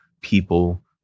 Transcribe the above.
people